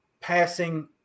passing